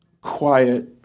quiet